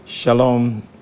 Shalom